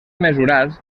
mesurats